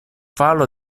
falo